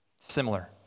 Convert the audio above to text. Similar